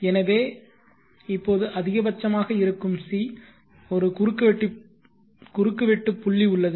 எனவே இப்போது அதிகபட்சமாக இருக்கும் C ஒரு குறுக்குவெட்டு புள்ளி உள்ளது